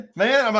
man